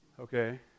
okay